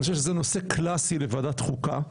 אני חושב שזה נושא קלאסי לוועדת החוקה.